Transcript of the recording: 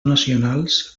nacionals